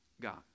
God